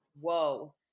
whoa